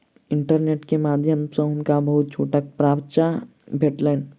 internet के माध्यम सॅ हुनका बहुत छूटक पर्चा भेटलैन